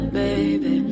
baby